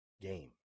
game